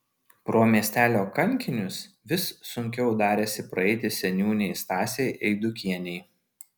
pro miestelio kankinius vis sunkiau darėsi praeiti seniūnei stasei eidukienei